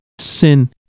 sin